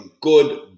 good